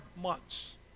months